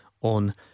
On